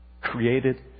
created